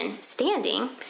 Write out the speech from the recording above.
standing